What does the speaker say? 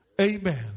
Amen